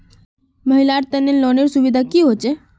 महिलार तने लोनेर सुविधा की की होचे?